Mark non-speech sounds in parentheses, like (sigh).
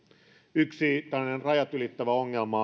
yksi tällainen rajat ylittävä ongelma (unintelligible)